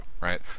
right